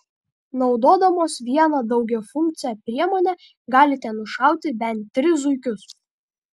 naudodamos vieną daugiafunkcę priemonę galite nušauti bent tris zuikius